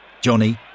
Johnny